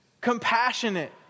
compassionate